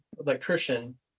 electrician